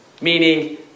Meaning